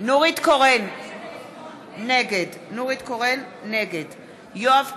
נגד יואב קיש,